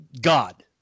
god